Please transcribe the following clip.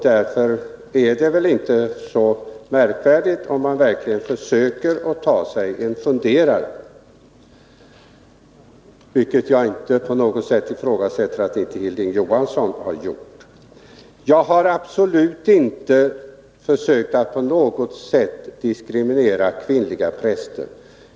Därför är det väl inte så märkvärdigt om man verkligen försöker att ta sig en funderare, vilket jag inte på något sätt ifrågasätter att också Hilding Johansson har gjort. Jag har absolut inte försökt att på något sätt diskriminera kvinnliga präster.